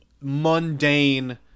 mundane